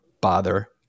bother